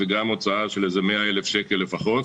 זה גם הוצאה של כ-100,000 שקל לפחות